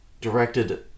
directed